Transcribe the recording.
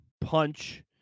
punch